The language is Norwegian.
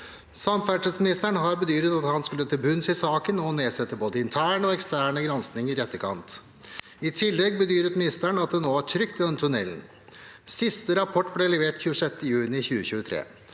Samferdselsministeren har bedyret at han skulle til bunns i saken og nedsette både interne og eksterne granskinger i etterkant. I tillegg bedyret ministeren at det nå er trygt i denne tunnelen. Siste rapport ble levert 26. juni 2023,